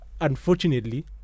unfortunately